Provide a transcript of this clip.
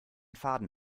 faden